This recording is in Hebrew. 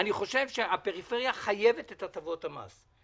אני חושב שהפריפריה חייבת את הטבות המס.